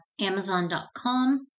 amazon.com